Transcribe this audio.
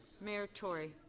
mayor tory.